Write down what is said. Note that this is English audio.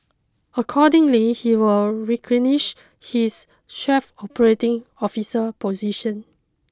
accordingly he will relinquish his chief operating officer position